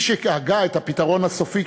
מי שהגה את "הפתרון הסופי",